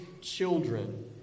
children